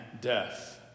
death